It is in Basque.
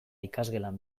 ikasgelan